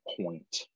point